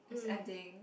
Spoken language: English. it's ending